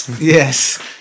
Yes